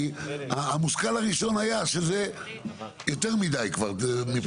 כי המושכל הראשון היה שזה יותר מדי כבר.